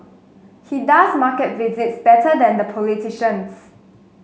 he does market visits better than the politicians